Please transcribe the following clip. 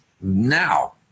now